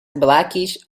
blackish